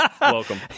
Welcome